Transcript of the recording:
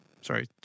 Sorry